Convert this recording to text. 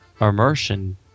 immersion